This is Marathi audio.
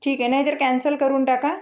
ठीक आहे नाही तर कॅन्सल करून टाका